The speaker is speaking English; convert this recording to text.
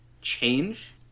change